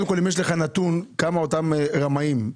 קודם כל, אם יש לך נתון בכמה רמאים מדובר.